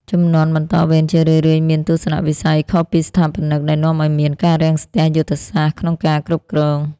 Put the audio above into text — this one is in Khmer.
ជំនាន់បន្តវេនជារឿយៗមានទស្សនវិស័យខុសពីស្ថាបនិក ដែលនាំឱ្យមាន "ការរាំងស្ទះយុទ្ធសាស្ត្រ" ក្នុងការគ្រប់គ្រង។